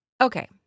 Okay